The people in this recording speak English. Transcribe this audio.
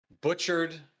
butchered